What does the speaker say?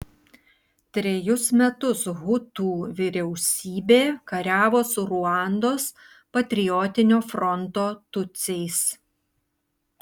trejus metus hutų vyriausybė kariavo su ruandos patriotinio fronto tutsiais